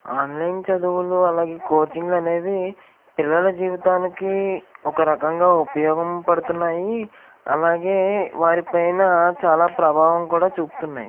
online చదువులు అలాగే coaching అనేవి పిల్లల జీవితానికి ఒక రకంగా ఉపయోగం పడుతున్నాయి అలాగే వారిపైన చాలా ప్రభావం కూడా చూపుతున్నాయి